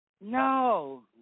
No